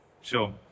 sure